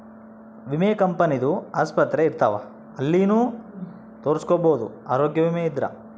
ವಿಮೆ ಕಂಪನಿ ದು ಆಸ್ಪತ್ರೆ ಇರ್ತಾವ ಅಲ್ಲಿನು ತೊರಸ್ಕೊಬೋದು ಆರೋಗ್ಯ ವಿಮೆ ಇದ್ರ